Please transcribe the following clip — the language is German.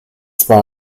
zwar